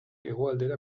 hegoaldera